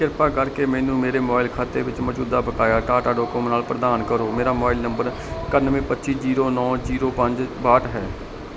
ਕਿਰਪਾ ਕਰਕੇ ਮੈਨੂੰ ਮੇਰੇ ਮੋਬਾਈਲ ਖਾਤੇ ਵਿੱਚ ਮੌਜੂਦਾ ਬਕਾਇਆ ਟਾਟਾ ਡੋਕੋਮੋ ਨਾਲ ਪ੍ਰਦਾਨ ਕਰੋ ਮੇਰਾ ਮੋਬਾਈਲ ਨੰਬਰ ਇਕਾਨਵੇਂ ਪੱਚੀ ਜ਼ੀਰੋ ਨੌਂ ਜ਼ੀਰੋ ਪੰਜ ਬਾਹਠ ਹੈ